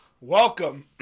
welcome